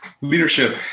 leadership